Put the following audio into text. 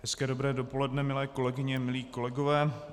Hezké dobré dopoledne, milé kolegyně, milí kolegové.